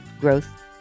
growth